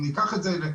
אם ניקח את זה ל-2016,